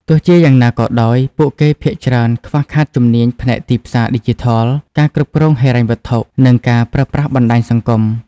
ទោះជាយ៉ាងណាក៏ដោយ ពួកគេភាគច្រើនខ្វះខាតជំនាញផ្នែកទីផ្សារឌីជីថល ការគ្រប់គ្រងហិរញ្ញវត្ថុ និងការប្រើប្រាស់បណ្តាញសង្គម។